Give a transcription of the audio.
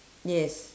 yes